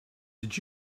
did